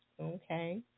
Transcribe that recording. Okay